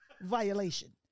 violation